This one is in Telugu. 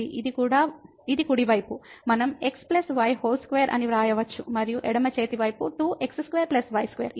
ఇది కుడి వైపు మనం | x || y |2 అని వ్రాయవచ్చు మరియు ఎడమ చేతి వైపు 2x2 y2